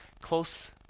close